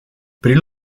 prin